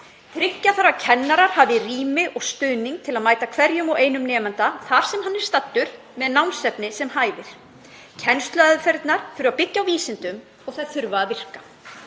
Tryggja þarf að kennarar hafi rými og stuðning til að mæta hverjum og einum nemanda þar sem hann er staddur með námsefni sem hæfir. Kennsluaðferðirnar þurfa að byggja á vísindum og þær þurfa að virka.